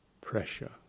pressure